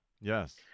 Yes